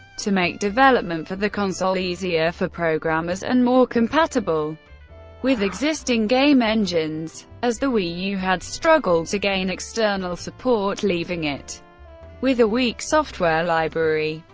to make development for the console easier for programmers and more compatible with existing game engines. as the wii u had struggled to gain external support, leaving it with a weak software library,